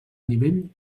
nivell